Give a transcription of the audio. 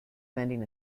mending